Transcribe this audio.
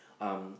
um